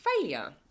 failure